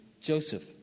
Joseph